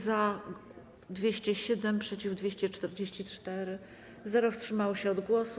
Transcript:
Za - 207, przeciw - 244, nikt nie wstrzymał się od głosu.